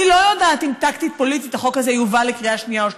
אני לא יודעת אם טקטית-פוליטית החוק הזה יובא לקריאה שנייה ושלישית,